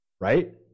right